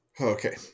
okay